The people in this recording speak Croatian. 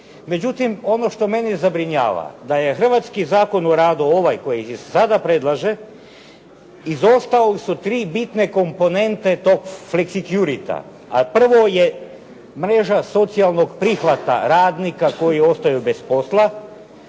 Međutim, ono što mene zabrinjava da je hrvatski Zakon o radu ovaj koji se sada predlaže izostale su tri bitne komponente tog fleksicurity, a prvo je mreža socijalnog prihvata radnika koji ostaju bez posla.